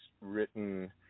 written